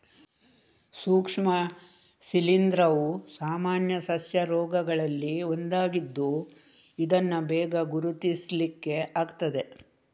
ಸೂಕ್ಷ್ಮ ಶಿಲೀಂಧ್ರವು ಸಾಮಾನ್ಯ ಸಸ್ಯ ರೋಗಗಳಲ್ಲಿ ಒಂದಾಗಿದ್ದು ಇದನ್ನ ಬೇಗ ಗುರುತಿಸ್ಲಿಕ್ಕೆ ಆಗ್ತದೆ